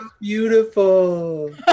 beautiful